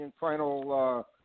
final